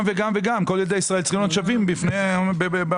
כל ילדי ישראל צריכים להיות שווים בעניין הזה.